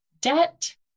debt